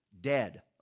dead